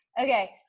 Okay